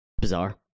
bizarre